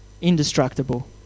indestructible